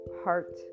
heart